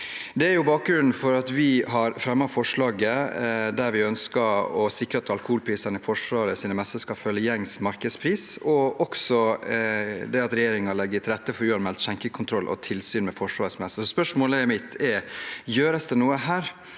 Det er bakgrunnen for at vi har fremmet et forslag om å sikre at alkoholprisene i Forsvarets messer skal følge gjengs markedspris, og at regjeringen legger til rette for uanmeldte skjenkekontroller og tilsyn med Forsvarets messer. Spørsmålet mitt er: Gjøres det noe her?